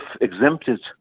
exempted